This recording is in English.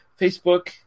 Facebook